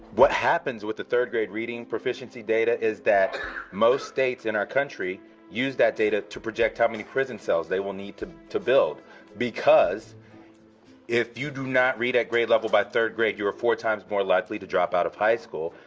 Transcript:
what happens with the third-grade reading proficiency data is that most states in our country use that data to project how many prison cells they will need to to build because if you do not read at grade level by third-grade you are four times more likely to drop out of high school.